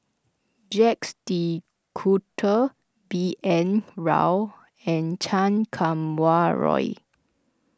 Jacques De Coutre B N Rao and Chan Kum Wah Roy